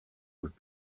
would